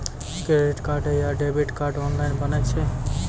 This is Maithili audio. क्रेडिट कार्ड या डेबिट कार्ड ऑनलाइन बनै छै?